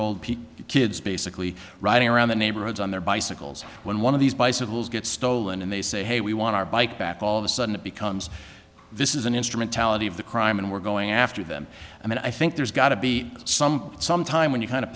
pete kids basically riding around the neighborhoods on their bicycles when one of these bicycles gets stolen and they say hey we want our bike back all of a sudden it becomes this is an instrument tally of the crime and we're going after them and i think there's got to be some some time when you kind of